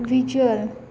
visual